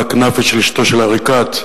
לכנאפה של אשתו של עריקאת,